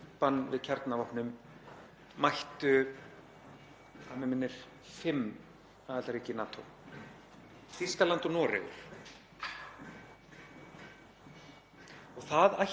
Það ætti eiginlega að duga Íslandi til að mæta. Ef Þýskaland, risinn innan Evrópu, ákveður að óhætt sé að mæta